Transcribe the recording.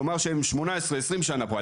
כלומר, הם 18, 20 שנים כאן.